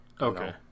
Okay